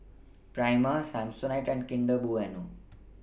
Prima Samsonite and Kinder Bueno